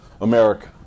America